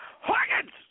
Hawkins